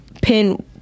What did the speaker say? pin